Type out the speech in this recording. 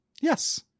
Yes